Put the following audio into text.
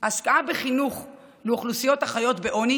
השקעה בחינוך לאוכלוסיות החיות בעוני